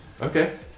Okay